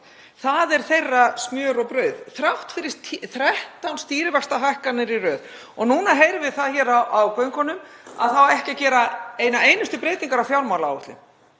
Það er þeirra smjör og brauð þrátt fyrir 13 stýrivaxtahækkanir í röð. Og nú heyrum við það hér á göngunum að ekki á að gera eina einustu breytingu á fjármálaáætlun,